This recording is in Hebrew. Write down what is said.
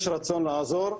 יש רצון לעזור,